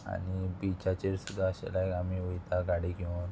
आनी बिचाचेर सुद्दा अशें लायक आमी वयता गाडी घेवन